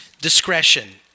discretion